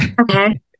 Okay